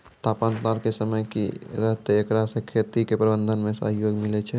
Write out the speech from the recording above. तापान्तर के समय की रहतै एकरा से खेती के प्रबंधन मे सहयोग मिलैय छैय?